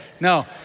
No